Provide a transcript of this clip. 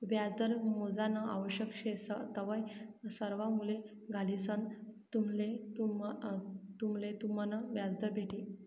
व्याजदर मोजानं आवश्यक शे तवय सर्वा मूल्ये घालिसंन तुम्हले तुमनं व्याजदर भेटी